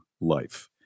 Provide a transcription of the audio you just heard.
life